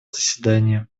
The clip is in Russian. заседание